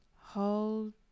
Hold